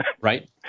right